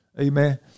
amen